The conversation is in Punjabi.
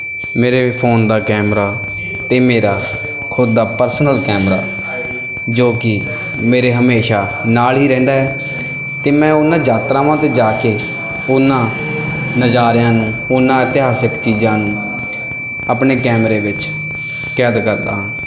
ਮੇਰੇ ਫੋਨ ਦਾ ਕੈਮਰਾ ਅਤੇ ਮੇਰਾ ਖੁਦ ਦਾ ਪਰਸਨਲ ਕੈਮਰਾ ਜੋ ਕਿ ਮੇਰੇ ਹਮੇਸ਼ਾ ਨਾਲ ਹੀ ਰਹਿੰਦਾ ਹੈ ਅਤੇ ਮੈਂ ਉਹਨਾਂ ਯਾਤਰਾਵਾਂ 'ਤੇ ਜਾ ਕੇ ਉਹਨਾਂ ਨਜ਼ਾਰਿਆਂ ਨੂੰ ਉਹਨਾਂ ਇਤਿਹਾਸਿਕ ਚੀਜ਼ਾਂ ਨੂੰ ਆਪਣੇ ਕੈਮਰੇ ਵਿੱਚ ਕੈਦ ਕਰਦਾ ਹਾਂ